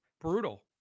Brutal